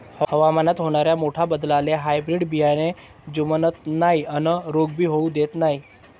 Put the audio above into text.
हवामानात होनाऱ्या मोठ्या बदलाले हायब्रीड बियाने जुमानत नाय अन रोग भी होऊ देत नाय